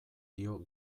dio